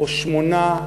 או שמונה,